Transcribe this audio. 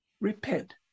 Repent